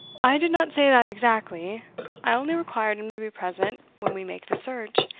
i did not say that exactly i only required him to be present when we make the search,